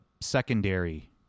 secondary